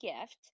gift